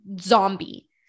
zombie